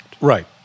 Right